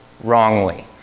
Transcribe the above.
wrongly